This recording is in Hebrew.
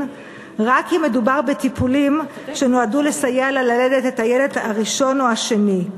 רק אם מדובר בטיפולים שנועדו לסייע לה ללדת את הילד הראשון או השני.